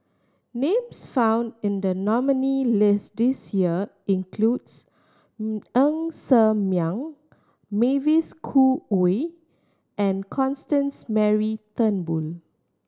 names found in the nominee list this year includes Ng Ser Miang Mavis Khoo Oei and Constance Mary Turnbull